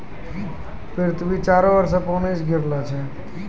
पृथ्वी चारु भर से पानी से घिरलो छै